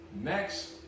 next